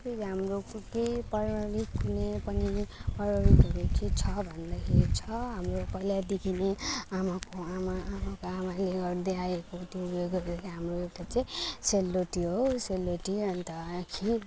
फेरि हाम्रो केही पारिवारिक कुनै पनि पारिवारिकहरू चाहिँ छ भन्दाखेरि छ हाम्रो पहिलादेखि नै आमाको आमा आमाको आमाले गर्दैआएको त्यो उयो गरेर हाम्रो एउटा चाहिँ सेलरोटी हो सेलरोटी अन्त खिर